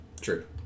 True